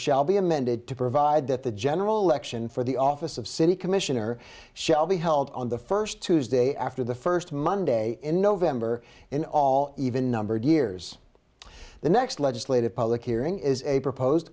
be amended to provide that the general election for the office of city commissioner shall be held on the first tuesday after the first monday in november in all even numbered years the next legislative public hearing is a proposed